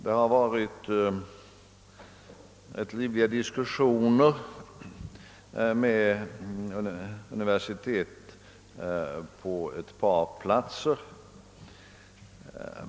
Det har förts rätt livliga diskussioner med universiteten på ett par platser.